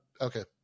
okay